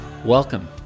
Welcome